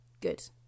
good